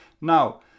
Now